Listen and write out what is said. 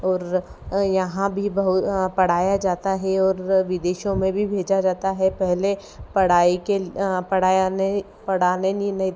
और यहाँ भी बहु पढ़ाया जाता है और विदेशों में भी भेजा जाता है पहले पढ़ाई के पढ़ाया नहीं पढ़ाने ही नहीं